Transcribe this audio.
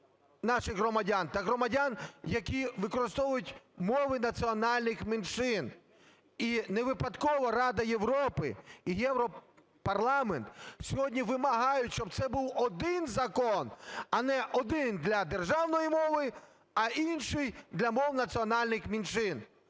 наших громадян та громадян, які використовують мови національних меншим. І не випадково Рада Європи і Європарламент сьогодні вимагають, щоб це був один закон, а не один – для державної мови, а інший – для мов національних меншин.